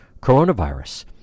coronavirus